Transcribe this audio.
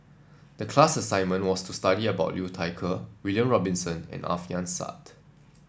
the class assignment was to study about Liu Thai Ker William Robinson and Alfian Sa'at